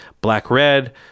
black-red